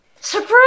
Surprise